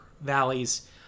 valleys